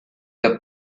que